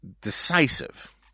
decisive